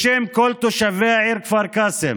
בשם כל העיר כפר קאסם